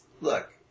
look